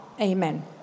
Amen